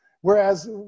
whereas